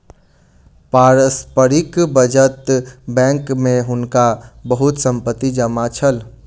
पारस्परिक बचत बैंक में हुनका बहुत संपत्ति जमा छल